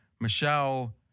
Michelle